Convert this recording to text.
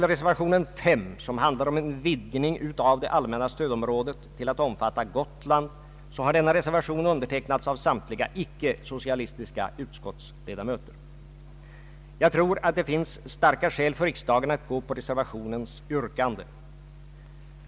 Reservation 5, som handlar om en vidgning av det allmänna stödområdet till att omfatta Gotland, har undertecknats av samtliga icke socialistiska utskottsledamöter. Jag tror att det finns starka skäl för riksdagen att gå på reservationens yrkande.